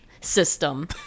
system